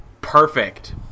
Perfect